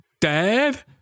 dad